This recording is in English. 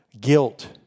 guilt